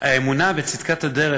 האמונה בצדקת הדרך,